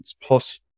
plus